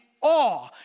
awe